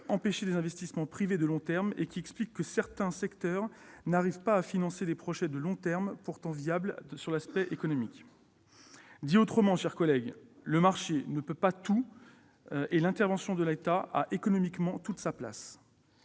empêcher des investissements privés de long terme et qui expliquent que certains secteurs ne parviennent pas à financer des projets de long terme pourtant viables du point de vue économique. Pour le dire autrement, mes chers collègues, le marché ne peut pas tout et l'intervention de l'État a, économiquement, toute sa place.